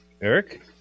eric